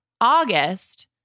August